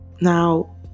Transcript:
Now